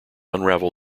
unravel